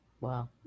Wow